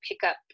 pickup